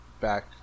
back